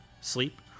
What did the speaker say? sleep